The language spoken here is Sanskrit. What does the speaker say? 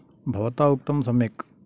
भवता उक्तं सम्यक्